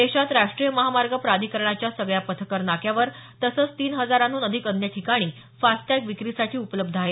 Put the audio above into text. देशात राष्टीय महामार्ग प्राधिकरणाच्या सगळ्या पथकर नाक्यावर तसंच तीन हजारांहन अधिक अन्य ठिकाणी फास्टटॅग विक्रीसाठी उपलब्ध आहे